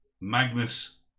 Magnus